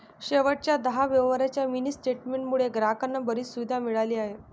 शेवटच्या दहा व्यवहारांच्या मिनी स्टेटमेंट मुळे ग्राहकांना बरीच सुविधा मिळाली आहे